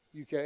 UK